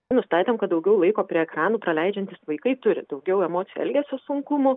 nustatėm kad daugiau laiko prie ekranų praleidžiantys vaikai turi daugiau emocijų elgesio sunkumų